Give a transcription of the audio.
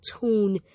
tune